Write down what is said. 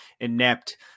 inept